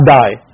die